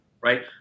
right